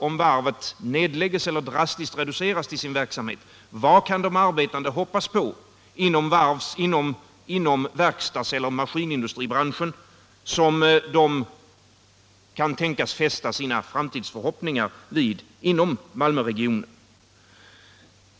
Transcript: Om varvet läggs ned eller drastiskt reduceras i sin verksamhet — vad kan de arbetande finna inom verkstadseller maskinindustribranschen som de kan tänkas fästa sina framtidsförhoppningar vid inom Malmöregionen?